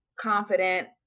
confident